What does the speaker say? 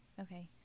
Okay